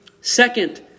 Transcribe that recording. Second